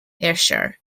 ayrshire